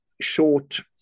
short